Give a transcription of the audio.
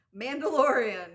Mandalorian